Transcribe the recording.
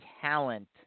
talent